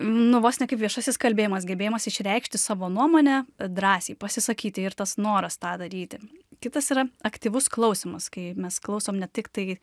nu vos ne kaip viešasis kalbėjimas gebėjimas išreikšti savo nuomonę drąsiai pasisakyti ir tas noras tą daryti kitas yra aktyvus klausymas kai mes klausom ne tiktai